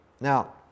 now